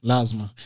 Lazma